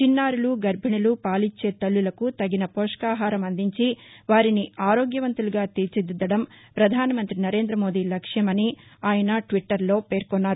చిన్నారులు గర్బిణులు పాలిచ్చే తల్లులకు తగిన పోషకాహారం అందించి వారిని ఆరోగ్య వంతులుగా తీర్చిదిద్దడం ప్రధానమంత్రి నరేందమోదీ లక్ష్మమని ఆయన ట్విట్టర్లో పేర్కొన్నారు